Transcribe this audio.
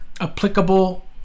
applicable